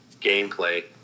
gameplay